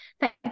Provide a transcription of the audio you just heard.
Thank